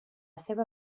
seva